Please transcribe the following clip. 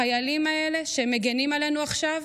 החיילים האלה, שמגינים עלינו עכשיו,